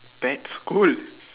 that's cool